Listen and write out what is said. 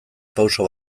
pauso